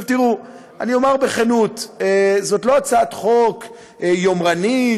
אני אומר בכנות שזו לא הצעת חוק יומרנית,